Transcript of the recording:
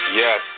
yes